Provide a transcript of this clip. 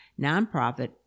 nonprofit